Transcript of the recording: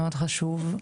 מאוד חשוב,